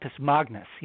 Magnus